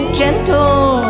gentle